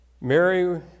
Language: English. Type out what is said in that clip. Mary